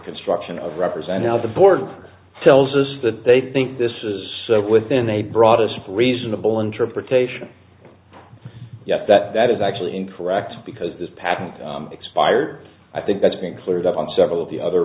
construction of represent how the board tells us that they think this is within a broader support reasonable interpretation yet that that is actually incorrect because this package expired i think that's been cleared up on several of the other